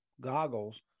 goggles